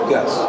Yes